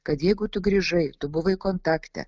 kad jeigu tu grįžai tu buvai kontakte